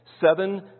seven